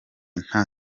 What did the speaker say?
nta